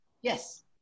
Yes